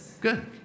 good